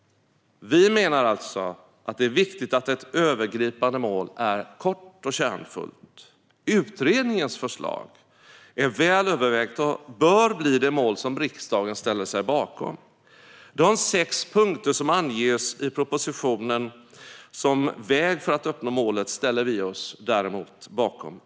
Vi menar alltså att det är viktigt att ett övergripande mål är kort och kärnfullt. Utredningens förslag är väl övervägt och bör bli det mål som riksdagen ställer sig bakom. De sex punkter som anges i propositionen som väg för att uppnå målet ställer vi oss däremot bakom.